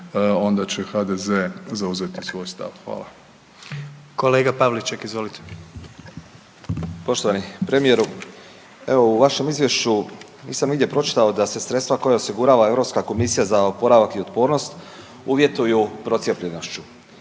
**Pavliček, Marijan (Hrvatski suverenisti)** Poštovani premijeru, evo u vašem izvješću nisam nigdje pročitao da se sredstva koja osigurava Europska komisija za oporavak i otpornost uvjetuju procijepljenošću